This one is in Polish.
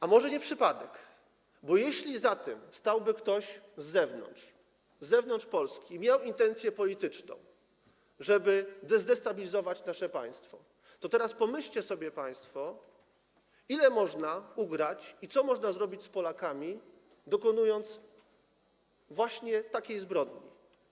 A może nie przypadek, bo jeśli za tym stałby ktoś z zewnątrz, spoza Polski i miał intencje polityczne, żeby zdestabilizować nasze państwo, to teraz pomyślcie sobie państwo, ile można ugrać i co można zrobić z Polakami, dokonując właśnie takiej zbrodni.